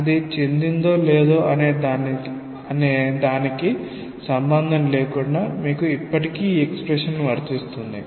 అది చిందినదో లేదో అనే దానికి సంబంధం లేకుండా మీకు ఇప్పటికీ ఈ ఎక్స్ప్రెషన్ వర్తిస్తుంది